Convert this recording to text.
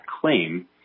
claim